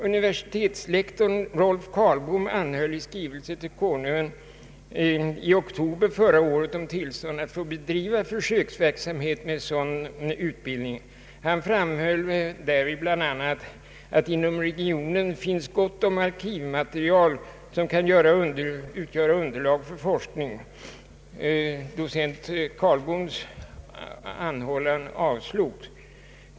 Universitetslektorn Rolf Karlbom anhöll i skrivelse till Konungen i oktober förra året om tillstånd att få bedriva försöksverksamhet med sådan utbildning. Han framhöll därvid bl.a. att inom regionen fanns gott om arkivmaterial som kunde utgöra underlag för forskningen. Docent Karlboms ansökan avslogs emellertid.